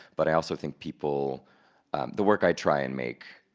but i also think people the work i try and make,